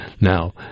Now